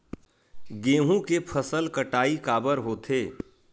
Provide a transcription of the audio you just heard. गेहूं के फसल कटाई काबर होथे?